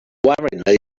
worryingly